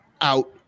out